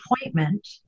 appointment